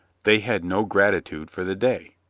they had no gratitude for the day.